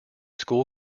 school